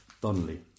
Donnelly